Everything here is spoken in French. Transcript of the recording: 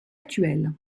actuelle